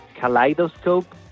kaleidoscope